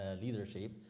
leadership